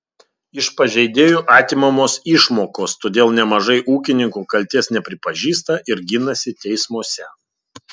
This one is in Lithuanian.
iš pažeidėjų atimamos išmokos todėl nemažai ūkininkų kaltės nepripažįsta ir ginasi teismuose